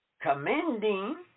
commending